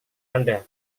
anda